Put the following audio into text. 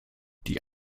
die